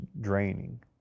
draining